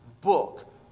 book